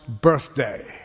birthday